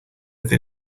they